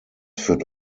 führt